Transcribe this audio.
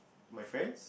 my friends